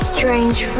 Strange